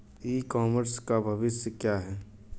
ई commerce का भविष्य क्या है?